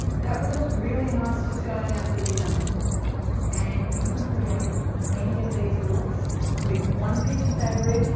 that would look really nice just going out for dinner and you can create any of these looks with one piece of fabric